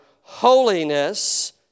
holiness